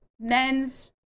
men's